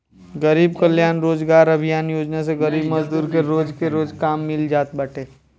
गरीब कल्याण रोजगार अभियान योजना से गरीब मजदूर के रोज के रोज काम मिल जात बाटे